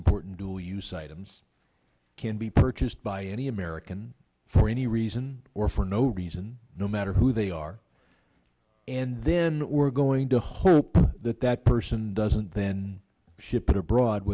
important dual use items can be purchased by any american for any reason or for no reason no matter who they are and then we're going to hope that that person doesn't then ship it abroad